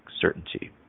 certainty